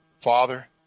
father